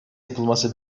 yapılması